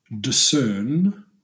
discern